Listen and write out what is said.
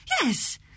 Yes